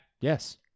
Yes